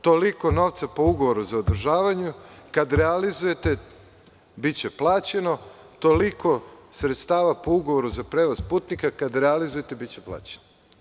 Toliko novca po ugovoru za održavanja, kada realizujete, biće plaćeno, toliko sredstava po ugovoru za prevoz putnika, kada realizujete, biće plaćeno.